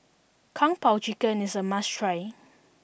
Kung Po Chicken is a must try